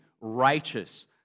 righteous